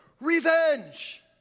Revenge